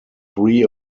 three